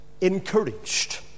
encouraged